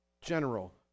general